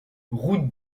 route